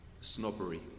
Snobbery